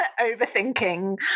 overthinking